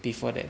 before that